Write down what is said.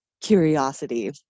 curiosity